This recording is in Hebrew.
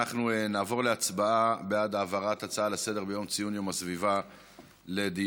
אנחנו נעבור להצבעה בעד העברת הצעה לסדר-היום לציון יום הסביבה לדיון.